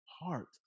heart